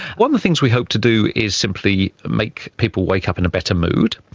one of the things we hope to do is simply make people wake up in a better mood.